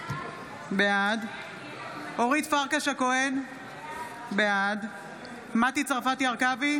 בעד אורית פרקש הכהן, בעד מטי צרפתי הרכבי,